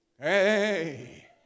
Hey